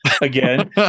again